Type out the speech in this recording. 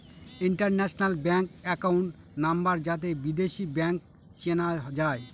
international bank account number যাতে বিদেশী bank চেনা যায়